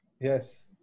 Yes